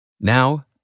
Now